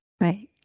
Right